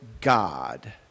God